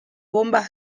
bonba